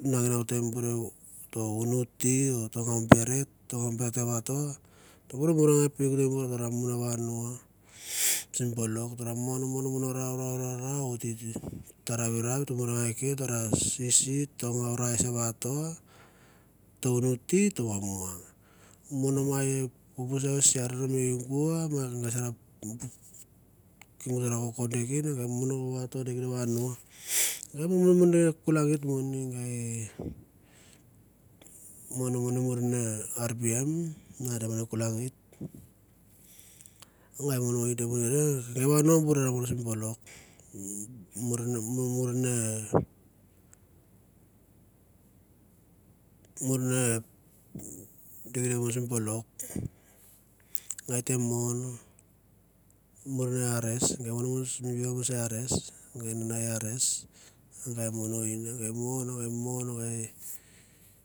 nginanginau tembure o ta unu tea o ngo beret, ngo beret vato tembure murangai peuk tembuer i vano sim bolok o ta ra mon mon mon rau rau rau ra oi ta ravirau, o ta murangai kend o tara sisi ta ngai rice vato, ta unu te ata va muang. Mon ma ia pupu se voi sharon mai igua, mang sar koko meken kap mono vaton vaton neken vano. Gai mon nion ande mo kulangit moni gai mon mon muren rbm ande mo kulangit. Gai mon moni i ke gai vano bure sim bolok. Umm muren a muren e gai mo sim bolok. Gai te mon muren e ares, gai mon mo sim ven se ares, gai mane ares gou mono in, gai mon nge mon.